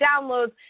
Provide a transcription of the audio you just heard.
downloads